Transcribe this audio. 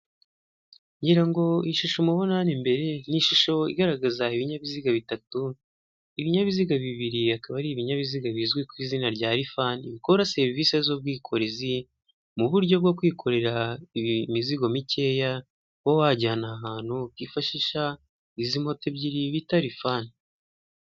Ngira ngo ishusho mubona hano imbere ni ishusho igaragaza ibinyabiziga bitatu, ibinyabiziga bibiri akaba ari ibinyabiziga bizwi ku izina rya lifani bikora serivisi z'ubwikorezi mu buryo bwo kwikorera imizigo mikeya, uba wajyana ahantu ukifashisha izi moto ebyiri bita lifani.